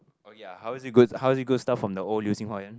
oh ya how is it goes how is it goes stuff from the old